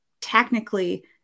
technically